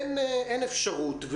אין אפשרות,